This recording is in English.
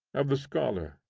of the scholar.